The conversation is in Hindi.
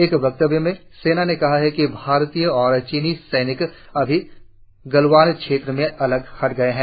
एक वक्तव्य में सेना ने कहा कि भारतीय और चीनी सैनिक अभी गलवान क्षेत्र में अलग हट गए हैं